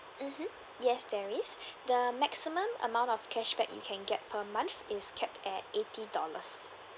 mmhmm yes there is the maximum amount of cashback you can get per month is capped at eighty dollars